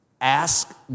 Ask